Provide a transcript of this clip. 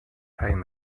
pain